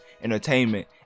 Entertainment